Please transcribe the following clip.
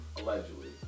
Allegedly